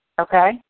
Okay